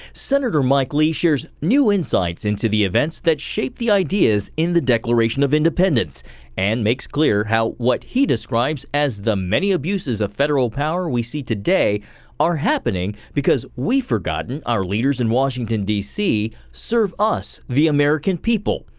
senator mike lee shares new insights into the events that shaped the ideas in the declaration of independence and makes clear how what he describes as the many abuses of federal power we see today are happening because we've forgot and our leaders in washington, d c. serve us, the american people,